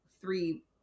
three